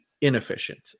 inefficient